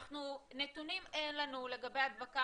נתונים אין לנו לגבי הדבקה,